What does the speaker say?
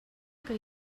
que